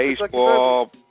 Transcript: baseball